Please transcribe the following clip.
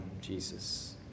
Jesus